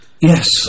Yes